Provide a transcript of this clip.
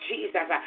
Jesus